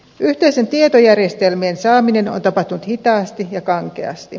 yhteisten tietojärjestelmien saaminen on tapahtunut hitaasti ja kankeasti